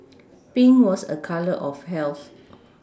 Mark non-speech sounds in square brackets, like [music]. Pink was a colour of health [noise]